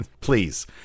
Please